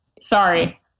Sorry